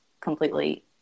completely